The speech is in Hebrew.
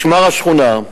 "משמר השכונה"